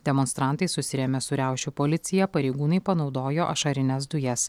demonstrantai susirėmė su riaušių policija pareigūnai panaudojo ašarines dujas